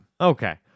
Okay